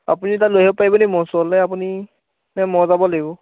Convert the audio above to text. আপুনি এতিয়া লৈ আহিব পাৰিব নেকি মোৰ ওচৰলৈ আপুনি নে মই যাব লাগিব